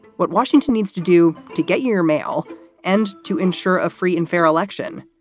what washington needs to do to get you your mail and to ensure a free and fair election.